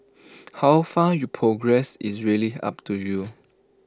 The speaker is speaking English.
how far you progress is really up to you